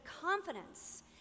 confidence